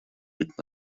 быть